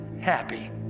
happy